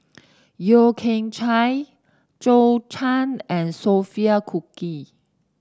Yeo Kian Chai Zhou Can and Sophia Cooke